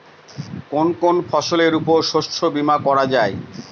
কোন কোন ফসলের উপর শস্য বীমা করা যায়?